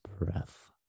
breath